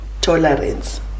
tolerance